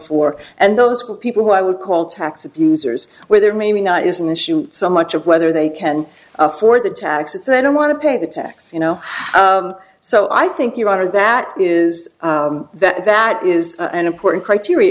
for and those people who i would call tax abusers where there may not is an issue so much of whether they can afford the taxes they don't want to pay the tax you know so i think you are that is that that is an important criteria